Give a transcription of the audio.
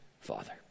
Father